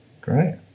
great